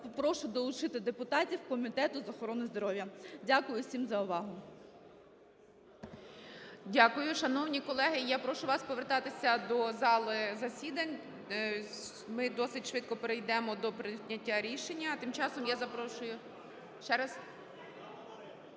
прошу долучити депутатів Комітету з охорони здоров'я. Дякую всім за увагу. ГОЛОВУЮЧИЙ. Дякую. Шановні колеги, я прошу вас повертатися до зали засідань. Ми досить швидко перейдемо до прийняття рішення. А тим часом я запрошую... Ще раз?